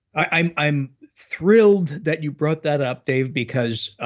i'm i'm thrilled that you brought that up dave, because,